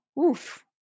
Oof